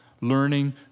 Learning